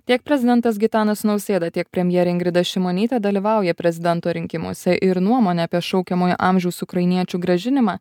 tiek prezidentas gitanas nausėda tiek premjerė ingrida šimonytė dalyvauja prezidento rinkimuose ir nuomonę apie šaukiamojo amžiaus ukrainiečių grąžinimą